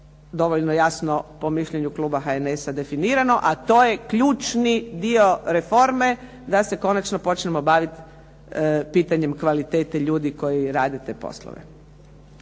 dovoljno jasno po mišljenju kluba HNS-a nije definirano, a to je ključni dio reforme da se konačno počnemo baviti pitanjem kvalitete ljudi koji rade te poslove.